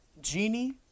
Genie